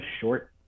short